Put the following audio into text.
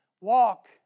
Walk